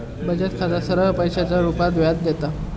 बचत खाता सरळ पैशाच्या रुपात व्याज देता